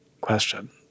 question